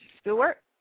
Stewart